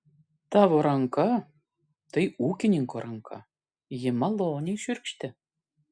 tavo ranka tai ūkininko ranka ji maloniai šiurkšti